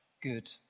good